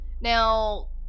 Now